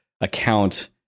account